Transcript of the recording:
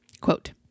Quote